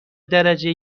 درجه